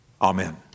Amen